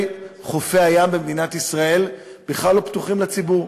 חופי הים במדינת ישראל בכלל לא פתוחים לציבור,